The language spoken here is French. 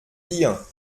dihun